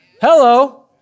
Hello